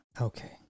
Okay